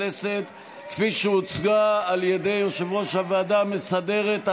הכנסת כפי שהוצגה על ידי יושב-ראש הוועדה המסדרת.